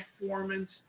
performance